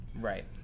Right